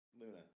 Luna